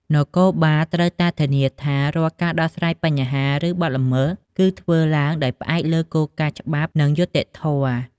នគរបាលត្រូវតែធានាថា រាល់ការដោះស្រាយបញ្ហា ឬបទល្មើស គឺធ្វើឡើងដោយផ្អែកលើគោលការណ៍ច្បាប់ និងយុត្តិធម៌។